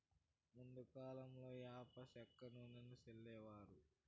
ముందు కాలంలో యాప సెక్క నూనెను సల్లేవారు